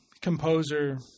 composer